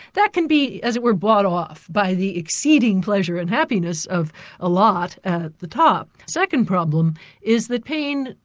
that can be, as it were, bought off by the exceeding pleasure and happiness of a lot at the top. the second problem is that pain,